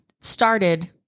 started